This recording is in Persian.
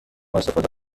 استفاده